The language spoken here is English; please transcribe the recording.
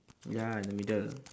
ya in the middle